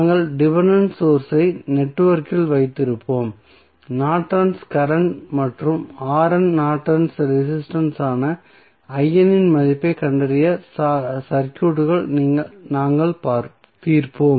நாங்கள் டிபென்டென்ட் சோர்ஸ்களை நெட்வொர்க்கில் வைத்திருப்போம் நார்டன்ஸ் கரண்ட் மற்றும் இன் நார்டன்ஸ் ரெசிஸ்டன்ஸ் ஆன இன் மதிப்பைக் கண்டறிய சர்க்யூட்களை நாங்கள் தீர்ப்போம்